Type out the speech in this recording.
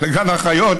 לגן החיות,